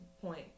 point